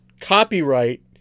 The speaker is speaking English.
copyright